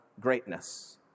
greatness